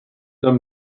dann